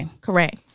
Correct